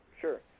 Sure